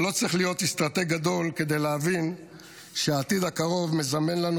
ולא צריך להיות אסטרטג גדול כדי להבין שהעתיד הקרוב מזמן לנו